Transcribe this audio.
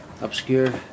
obscure